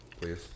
Please